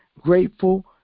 grateful